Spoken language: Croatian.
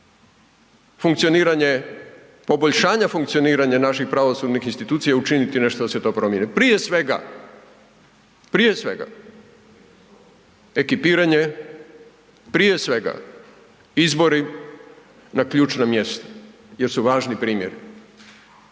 funkcioniranje, poboljšanje funkcioniranja naših pravosudnih institucija učiniti nešto da se to promijeni. Prije svega, prije svega ekipiranje, prije svega izbori na ključna mjesta jesu važni primjeri.